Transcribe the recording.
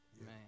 Man